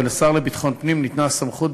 ולשר לביטחון פנים ניתנה הסמכות,